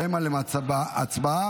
טטיאנה מזרסקי,